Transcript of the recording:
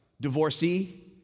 divorcee